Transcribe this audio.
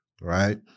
right